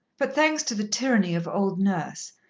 but, thanks to the tyranny of old nurse,